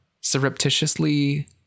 surreptitiously